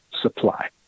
supply